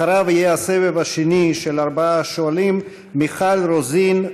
אחריו יהיה הסבב השני של ארבעה שואלים: מיכל רוזין,